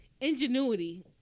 ingenuity